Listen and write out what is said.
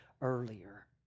earlier